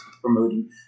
promoting